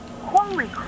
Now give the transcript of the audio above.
holy